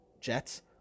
Jets